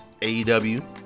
AEW